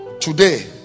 Today